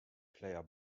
player